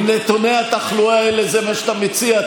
עם נתוני התחלואה האלה זה מה שאתה מציע?